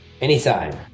Anytime